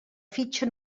fitxa